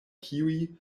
kiuj